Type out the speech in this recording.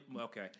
Okay